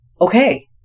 okay